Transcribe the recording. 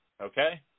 okay